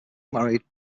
married